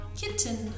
kitten